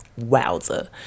wowza